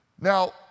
Now